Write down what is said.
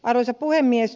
arvoisa puhemies